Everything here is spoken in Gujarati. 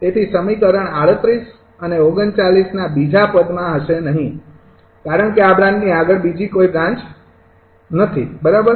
તેથી સમીકરણ ૩૮ અને ૩૯ ના બીજા પદમાં હશે નહીં કારણ કે આ બ્રાન્ચની આગળ બીજી કોઈ બ્રાન્ચ નથી બરાબર